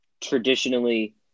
traditionally